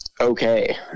okay